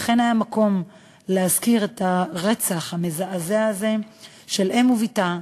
אכן היה מקום להזכיר את הרצח המזעזע הזה של אם ובתה,